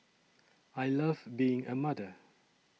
I love being a mother